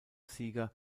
sieger